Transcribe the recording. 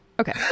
Okay